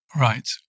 Right